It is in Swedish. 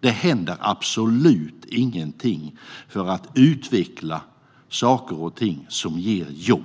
Det händer absolut ingenting för att utveckla saker och ting som ger jobb.